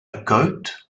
goat